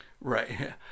Right